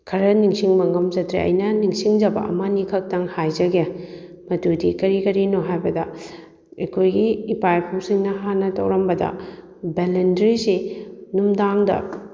ꯈꯔ ꯅꯤꯡꯁꯤꯡꯕ ꯉꯝꯖꯗ꯭ꯔꯦ ꯑꯩꯅ ꯅꯤꯡꯁꯤꯡꯖꯕ ꯑꯃꯅꯤ ꯈꯛꯇꯪ ꯍꯥꯏꯖꯒꯦ ꯃꯗꯨꯗꯤ ꯀꯔꯤ ꯀꯔꯤꯅꯣ ꯍꯥꯏꯕꯗ ꯑꯩꯈꯣꯏꯒꯤ ꯏꯄꯥ ꯏꯄꯨꯁꯤꯡꯅ ꯍꯥꯟꯅ ꯇꯧꯔꯝꯕꯗ ꯕꯦꯂꯟꯗ꯭ꯔꯤꯁꯤ ꯅꯨꯡꯗꯥꯡꯗ